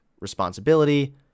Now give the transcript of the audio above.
responsibility